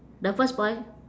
the first boy